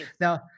Now